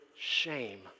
shame